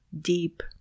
deep